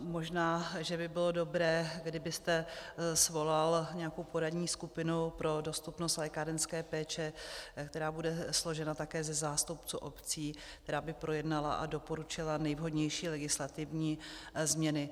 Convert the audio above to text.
Možná že by bylo dobré, kdybyste svolal nějakou poradní skupinu pro dostupnost lékárenské péče, která bude složena také ze zástupců obcí, která by projednala a doporučila nejvhodnější legislativní změny.